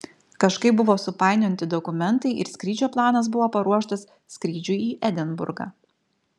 kažkaip buvo supainioti dokumentai ir skrydžio planas buvo paruoštas skrydžiui į edinburgą